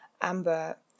amber